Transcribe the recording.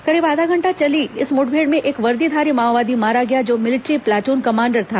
करीब आधा घंटा चली इस मुठभेड़ ने एक वर्दीधारी माओवादी मारा गया जो मिलिट्री प्लाटून कमांडर था